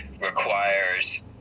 requires